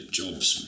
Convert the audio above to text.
jobs